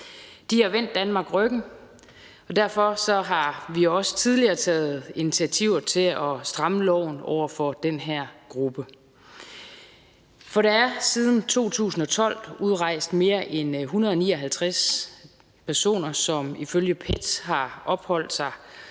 De har vendt Danmark ryggen. Derfor har vi også tidligere taget initiativer til at stramme loven over for den her gruppe. Der er siden 2012 udrejst mere end 159 personer, som ifølge PET har opholdt sig